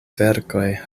verkoj